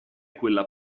quella